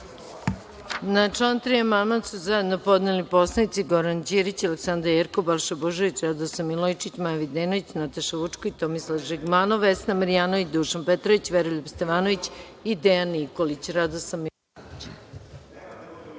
Na član 3. amandman su zajedno podneli poslanici Goran Ćirić i Aleksandra Jerkov, Balša Božović, Radoslav Milojičić, Maja Videnović, Nataša Vučković, Tomislav Žigmanov, Vesna Marjanović, Dušan Petrović, Veroljub Stevanović i Dejan Nikolić. Reč